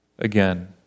again